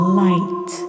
light